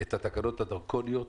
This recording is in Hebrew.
את התקנות הדרקוניות